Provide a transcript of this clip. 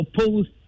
opposed